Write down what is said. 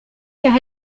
car